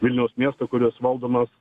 vilniaus miesto kuris valdomas